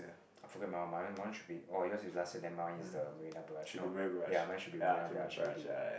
I forget my one mine mine should be oh yours is last year then my one is the Marina-Barrage no ya mine should be Marina-Barrage already